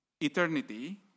eternity